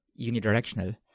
unidirectional